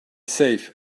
safe